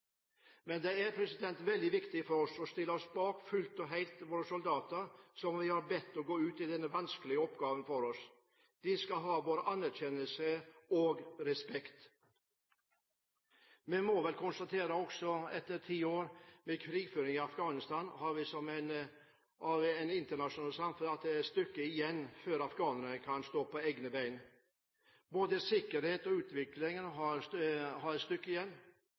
Men det er veldig viktig for oss å stille oss fullt og helt bak våre soldater, som vi har bedt om å gjøre denne vanskelige oppgaven for oss. De skal ha vår anerkjennelse og respekt. Vi må vel konstatere også etter ti år med krigføring i Afghanistan, og som en del av det internasjonale samfunn, at det er et stykke igjen før afghanerne kan stå på egne bein. Både sikkerheten og utviklingen har et stykke igjen.